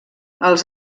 els